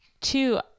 two